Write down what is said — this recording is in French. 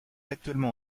actuellement